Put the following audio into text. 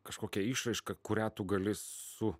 kažkokia išraiška kurią tu gali su